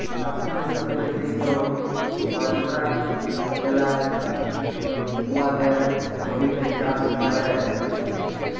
চাষীদের সাথে যদি কেউ কলট্রাক্ট বেলায় উয়াদের জমিতে চাষ ক্যরে